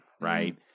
right